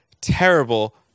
terrible